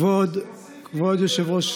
כבוד היושב-ראש,